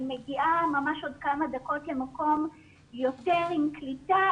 מגיעה ממש עוד כמה דקות למקום יותר עם קליטה.